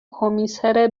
کمیسر